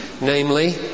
namely